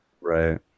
right